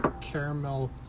caramel